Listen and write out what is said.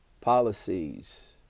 policies